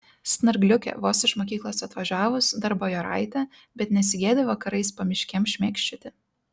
snargliukė vos iš mokyklos atvažiavus dar bajoraitė bet nesigėdi vakarais pamiškėm šmėkščioti